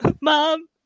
mom